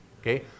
Okay